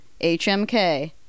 HMK